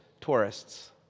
tourists